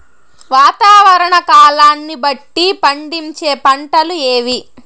వాతావరణ కాలాన్ని బట్టి పండించే పంటలు ఏవి?